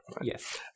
Yes